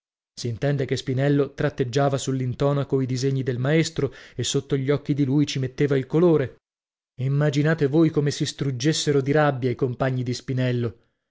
fiordalisa s'intende che spinello tratteggiava sull'intonaco i disegni del maestro e sotto gli occhi di lui ci metteva il colore immaginate voi come si struggessero di rabbia i compagni di spinello